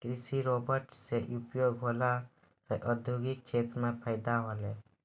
कृषि रोवेट से उपयोग होला से औद्योगिक क्षेत्र मे फैदा होलै